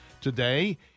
today